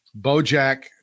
Bojack